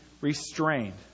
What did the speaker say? restrained